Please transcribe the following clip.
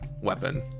weapon